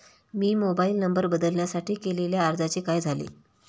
मी mobile number बदलासाठी केलेल्या अर्जाचे काय झाले?